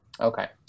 okay